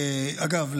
אגב,